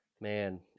man